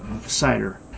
cider